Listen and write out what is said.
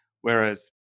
whereas